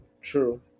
True